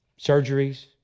surgeries